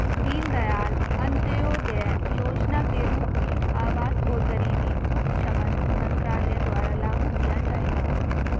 दीनदयाल अंत्योदय योजना के रूप में आवास और गरीबी उपशमन मंत्रालय द्वारा लागू किया जाएगा